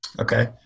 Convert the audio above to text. Okay